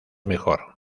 mejor